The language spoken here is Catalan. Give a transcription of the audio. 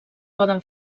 poden